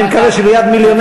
אני מקווה שליד מיליוני צופים.